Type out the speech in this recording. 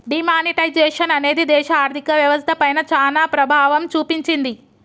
D monetisation అనేది దేశ ఆర్ధిక వ్యవస్థ పైన చానా ప్రభావం చూపించింది